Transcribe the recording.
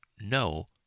no